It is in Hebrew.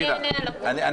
אני אענה על הכול.